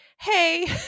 hey